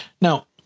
Now